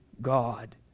God